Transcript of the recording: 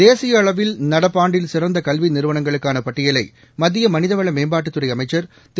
தேசிய அளவில் நடப்பு ஆண்டில் சிறந்த கல்வி நிறுவனங்களுக்கான பட்டியலை மத்திய மனிதவள மேம்பாட்டுத்துறை அமைச்சா் திரு